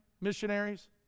missionaries